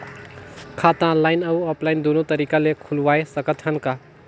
खाता ऑनलाइन अउ ऑफलाइन दुनो तरीका ले खोलवाय सकत हन का?